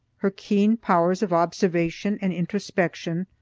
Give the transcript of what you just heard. her keen powers of observation and introspection,